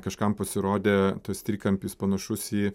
kažkam pasirodė tas trikampis panašus į